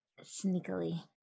sneakily